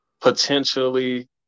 potentially